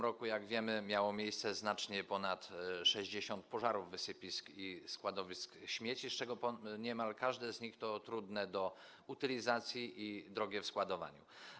roku, jak wiemy, miało miejsce znacznie ponad 60 pożarów wysypisk i składowisk śmieci, z czego niemal każde jest trudne do utylizacji i drogie w składowaniu.